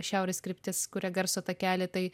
šiaurės kryptis kuria garso takelį tai